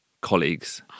colleagues